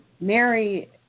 Mary